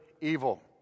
evil